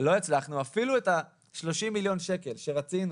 לא הצלחנו אפילו את ה-30 מיליון שקל שרצינו